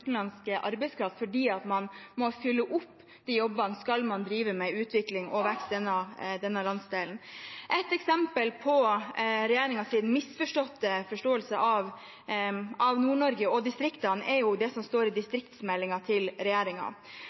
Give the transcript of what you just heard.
utenlandsk arbeidskraft fordi man må fylle opp de jobbene hvis man skal drive med utvikling og vekst i denne landsdelen. Et eksempel på regjeringens misforståtte forståelse av Nord-Norge og distriktene er det som står i distriktsmeldingen til